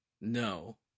No